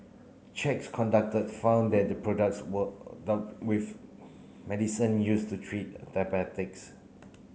checks conducted found that the products were with medicine used to treat diabetics